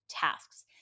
tasks